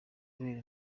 kubera